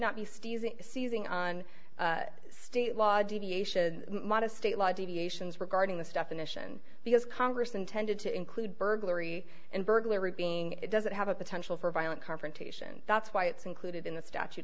seizing on state law deviation modest state law deviations regarding this definition because congress intended to include burglary and burglary being doesn't have a potential for violent confrontation that's why it's included in the statute